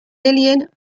lillian